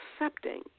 accepting